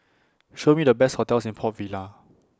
Show Me The Best hotels in Port Vila